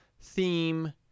theme